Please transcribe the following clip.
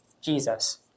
Jesus